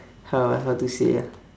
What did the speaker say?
how ah how to say ah